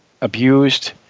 abused